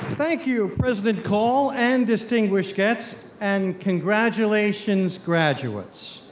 thank you, president call and distinguished guests, and congratulations, graduates.